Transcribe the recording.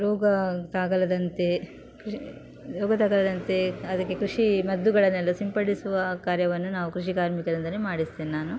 ರೋಗ ತಾಗದಂತೆ ರೋಗ ತಗುಲದಂತೆ ಅದಕ್ಕೆ ಕೃಷಿ ಮದ್ದುಗಳನ್ನೆಲ್ಲ ಸಿಂಪಡಿಸುವ ಕಾರ್ಯವನ್ನು ನಾವು ಕೃಷಿ ಕಾರ್ಮಿಕರಿಂದಲೇ ಮಾಡಿಸ್ತೀನಿ ನಾನು